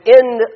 end